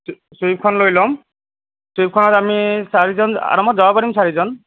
ছুইফ্টখন লৈ ল'ম ছুইফ্টখনত আমি চাৰিজন আৰামত যাব পাৰিম চাৰিজন